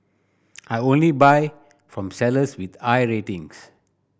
I only buy from sellers with I ratings